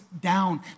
down